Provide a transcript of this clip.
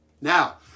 Now